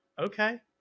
okay